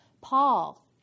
Paul